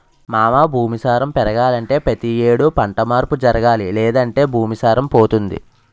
మావా భూమి సారం పెరగాలంటే పతి యేడు పంట మార్పు జరగాలి లేదంటే భూమి సారం పోతుంది